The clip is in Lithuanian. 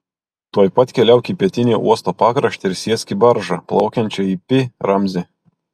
tuoj pat keliauk į pietinį uosto pakraštį ir sėsk į baržą plaukiančią į pi ramzį